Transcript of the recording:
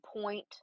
point